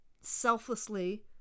selflessly